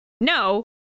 No